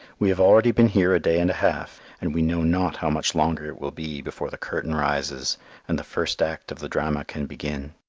we have already been here a day and a half, and we know not how much longer it will be before the curtain rises and the first act of the drama can begin.